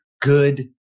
good